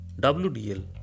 WDL